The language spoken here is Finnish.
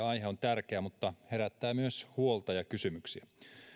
aihe on tärkeä mutta herättää myös huolta ja kysymyksiä